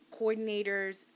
coordinators